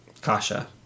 Kasha